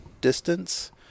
distance